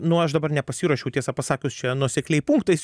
nu aš dabar nepasiruošiau tiesą pasakius čia nuosekliai punktais